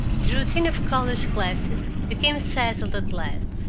routine of college classes became settled at last,